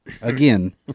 again